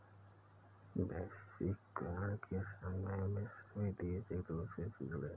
वैश्वीकरण के समय में सभी देश एक दूसरे से जुड़े है